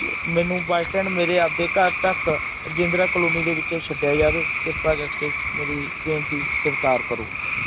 ਮੈਨੂੰ bus stand ਮੇਰੇ ਆਪਦੇ ਘਰ ਤੱਕ ਰਜਿੰਦਰਾ ਕਲੋਨੀ ਦੇ ਵਿੱਚ ਛੱਡਿਆ ਜਾਵੇ ਕਿਰਪਾ ਕਰਕੇ ਮੇਰੀ ਬੇਨਤੀ ਸਵੀਕਾਰ ਕਰੋ